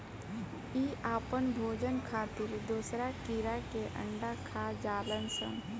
इ आपन भोजन खातिर दोसरा कीड़ा के अंडा खा जालऽ सन